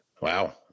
wow